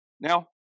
Now